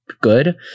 good